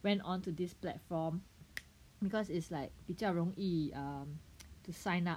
went onto this platform because it's like 比较容易 err to sign up